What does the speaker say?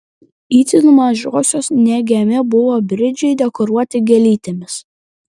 itin mažosios mėgiami buvo bridžiai dekoruoti gėlytėmis